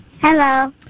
Hello